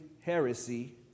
heresy